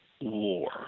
War